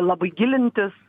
labai gilintis